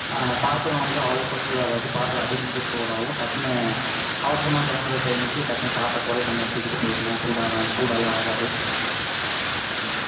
பாத்தரம் வந்து அவ்வளோக்கா சூடாகாது பாத்தரம் அடியில் மட்டும் சூடாகும் டக்குனு அவசரமாக கிளம்பர டைமுக்கு டக்குனு பாத்திரத்தோடே நம்ம தூக்கிட்டு போயிக்கலாம் சூடான சூடெல்லாம் ஆகாது அவ்வளோ அண்டு